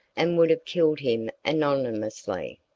and would have killed him anonymously,